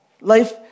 Life